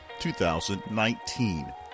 2019